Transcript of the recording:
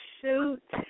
shoot